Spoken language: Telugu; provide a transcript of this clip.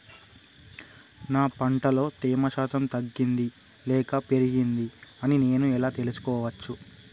నా పంట లో తేమ శాతం తగ్గింది లేక పెరిగింది అని నేను ఎలా తెలుసుకోవచ్చు?